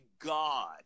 God